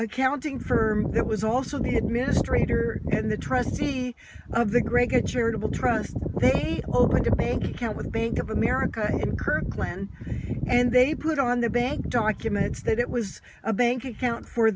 accounting firm that was also the administrator and the trustee of the great charitable trust opened a bank account with bank of america kirkland and they put on the bank documents that it was a bank account for